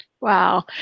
Wow